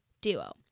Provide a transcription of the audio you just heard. duo